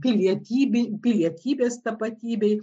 pilietybei pilietybės tapatybei